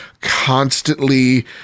constantly